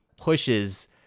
pushes